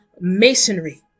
masonry